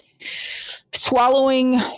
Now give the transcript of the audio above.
swallowing